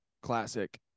classic